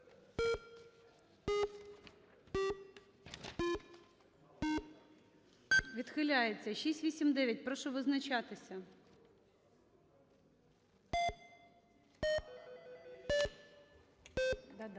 Відхиляється. 689. Прошу визначатися.